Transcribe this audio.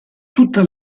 tutta